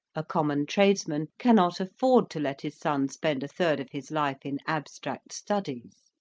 a common tradesman cannot afford to let his son spend a third of his life in abstract studies.